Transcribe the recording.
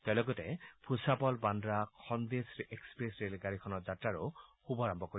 তেওঁ লগতে ভুচাবল বাদ্ৰা খন্দেচ এক্সপ্ৰেছ ৰেলগাড়ীখনৰ যাত্ৰাৰো শুভাৰম্ভ কৰিব